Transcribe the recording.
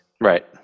Right